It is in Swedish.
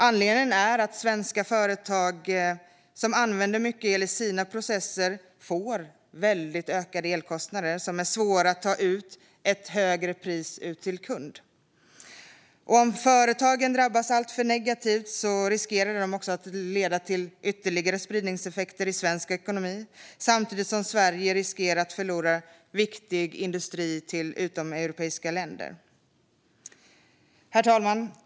Anledningen är att svenska företag som använder mycket el i sina processer får väldigt ökade elkostnader som är svåra att ta ut i ett högre pris till kund. Om företagen drabbas alltför negativt riskerar det att leda till ytterligare spridningseffekter i svensk ekonomi samtidigt som Sverige riskerar att förlora viktig industri till utomeuropeiska länder. Herr talman!